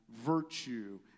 virtue